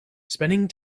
spending